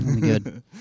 Good